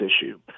issue